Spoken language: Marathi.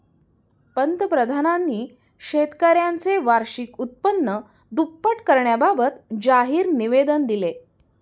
पंतप्रधानांनी शेतकऱ्यांचे वार्षिक उत्पन्न दुप्पट करण्याबाबत जाहीर निवेदन दिले